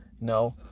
No